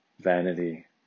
Vanity